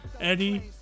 Eddie